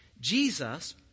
Jesus